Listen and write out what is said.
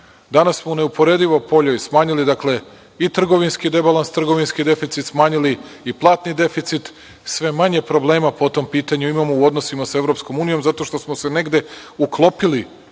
smo u neuporedivo boljoj, smanjili dakle i trgovinski debalans, trgovinski deficit, smanjili i platni deficit, sve manje problema po tom pitanju imamo u odnosima sa EU zato što smo se negde uklopili